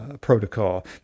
protocol